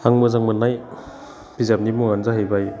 आं मोजां मोननाय बिजाबनि मुङानो जाहैबाय